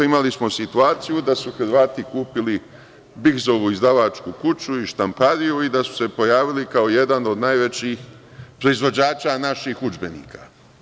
Imali smo situaciju da su Hrvati kupili „Bigzovu“ izdavačku kuću i štampariju i da su se pojavili kao jedan od najvećih proizvođača naših udžbenika.